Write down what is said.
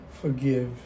forgive